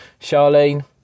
Charlene